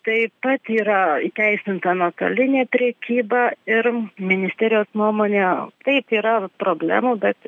taip pat yra įteisinta nuotolinė prekyba ir ministerijos nuomone taip yra problemų bet